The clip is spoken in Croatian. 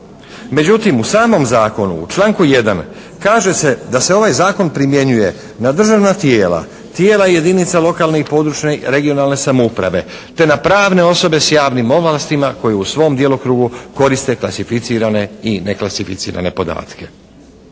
Međutim, u samom zakonu u članku 1. kaže se da se ovaj zakon primjenjuje na državna tijela, tijela jedinica lokalne i područne (regionalne) samouprave te na pravne osobe s javnim ovlastima koje u svom djelokrugu koriste klasificirane i neklasificirane podatke.